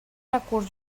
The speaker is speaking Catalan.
recurs